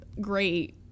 great